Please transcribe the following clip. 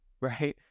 right